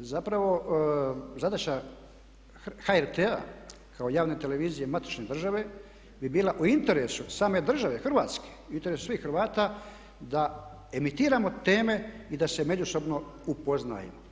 zapravo zadaća HRT-a kao javne televizije matične države bi bila u interesu same države Hrvatske, u interesu svih Hrvata da emitiramo teme i da se međusobno upoznajemo.